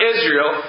Israel